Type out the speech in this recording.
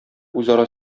үзара